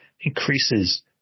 increases